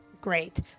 great